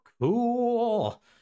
cool